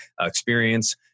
experience